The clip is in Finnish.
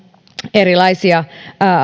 erilaisia